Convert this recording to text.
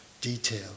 detail